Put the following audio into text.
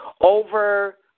over